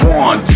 one